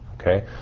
Okay